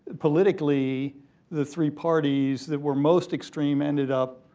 politically the three parties that were most extreme ended up